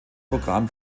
programm